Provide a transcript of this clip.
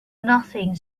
nothing